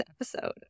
episode